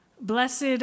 Blessed